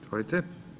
Izvolite.